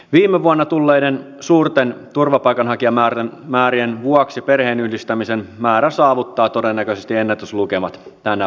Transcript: viime vuonna tulleiden suurten turvapaikanhakijamäärien vuoksi perheenyhdistämisten määrä saavuttaa todennäköisesti ennätyslukemat tänä vuonna